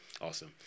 Awesome